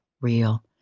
real